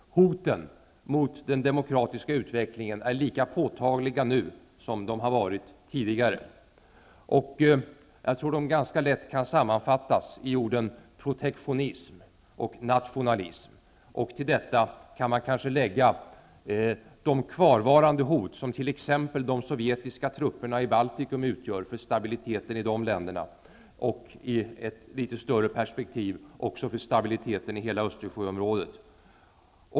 Hoten mot den demokratiska utvecklingen är lika påtagliga nu som de har varit tidigare. Jag tror att de ganska lätt kan sammanfattas i orden protektionism och nationalism. Till detta kan man kanske lägga de kvarvarande hot som t.ex. de sovjetiska trupperna i Baltikum utgör för stabiliteten i de länderna och, i ett litet större perspektiv, också för stabiliteten i hela Östersjöområdet.